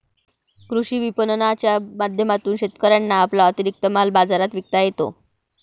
कृषी विपणनाच्या माध्यमातून शेतकऱ्यांना आपला अतिरिक्त माल बाजारात विकता येतो